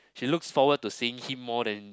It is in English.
she looks forward to seeing him more than